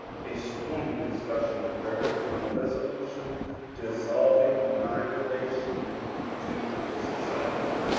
a stormy discussion occurred on a resolution dis solving my relation to the society.